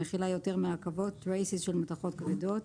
המכילה יותר מעקבות (traces) של מתכות כבדות.